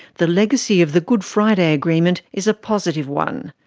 the legacy of the good friday agreement is a positive one.